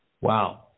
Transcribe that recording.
Wow